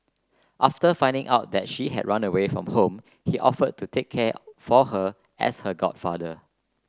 after finding out that she had run away from home he offered to take care for her as her godfather